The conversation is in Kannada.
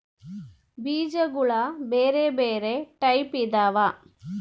ಬೀಜಗುಳ ಬೆರೆ ಬೆರೆ ಟೈಪಿದವ